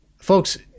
Folks